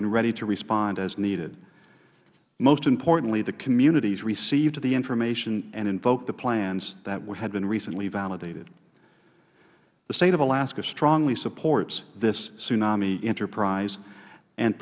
and ready to respond as needed most importantly the communities received the information and invoked the plans that had been recently validated the state of alaska strongly supports this tsunami enterprise and